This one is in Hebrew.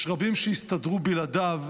יש רבים שהסתדרו בלעדיו,